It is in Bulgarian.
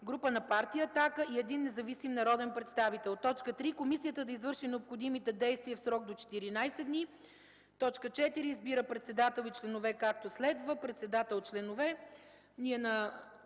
група на Партия „Атака” и един независим народен представител. 3. Комисията да извърши необходимите действия в срок до 14 дни. 4. Избира председател и членове, както следва: Председател: ..., членове: ...”